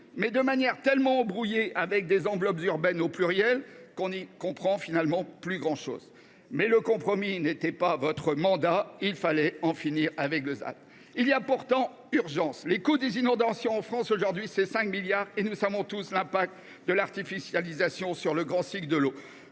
mais de manière tellement embrouillée, avec des enveloppes urbaines au pluriel, qu’on n’y comprend finalement plus grand chose. En tout état de cause, le compromis n’était pas votre mandat : il fallait en finir avec le ZAN. Il y a pourtant urgence. Le coût des inondations en France s’élève aujourd’hui à 5 milliards d’euros et nous savons tous quel est l’impact de l’artificialisation sur le grand cycle de l’eau.